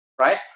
right